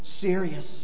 serious